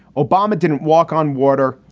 obama didn't walk on water,